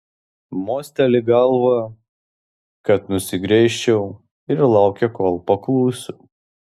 mosteli galva kad nusigręžčiau ir laukia kol paklusiu